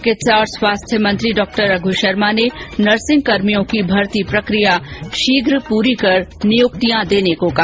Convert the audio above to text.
चिकित्सा और स्वास्थ्य मंत्री डॉ रघु शर्मा ने नर्सिंगकर्मियों की भर्ती प्रकिया शीघ्र पूरी कर नियुक्तियां देने को कहा